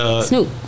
Snoop